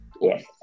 Yes